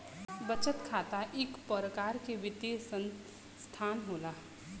बचत खाता इक परकार के वित्तीय सनसथान होला